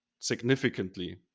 significantly